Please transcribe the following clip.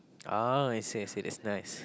ah I see I see that's nice